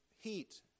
heat